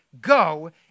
go